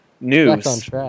news